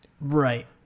Right